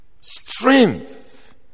strength